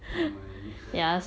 oh my